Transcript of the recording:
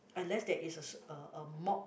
unless there is a s~ a a mop